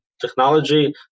technology